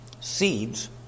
Seeds